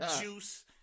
juice